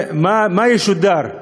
מה ישודר,